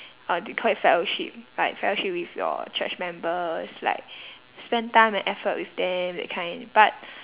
uh they call it fellowship like fellowship with your church members like spend time and effort with them that kind but